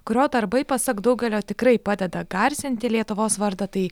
kurio darbai pasak daugelio tikrai padeda garsinti lietuvos vardą tai